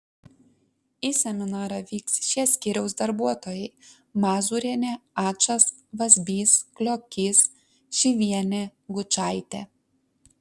į seminarą vyks šie skyriaus darbuotojai mazūrienė ačas vazbys kliokys šyvienė gučaitė